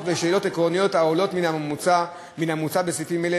ושאלות עקרוניות העולות מן המוצע בסעיף זה,